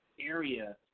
area